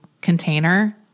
container